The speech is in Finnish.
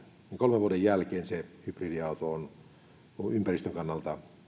kolmen vuoden jälkeen se hybridiauto on ympäristön kannalta